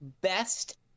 best